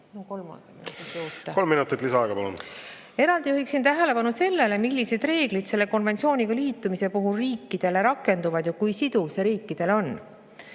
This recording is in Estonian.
Kolm minutit lisaaega, palun! Eraldi juhiksin tähelepanu sellele, millised reeglid selle konventsiooniga liitumise puhul riikidele rakenduvad ja kui siduv see riikidele on.